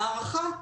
הערכה,